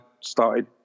started